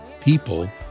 People